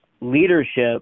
leadership